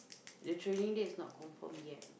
actually that's not confirmed yet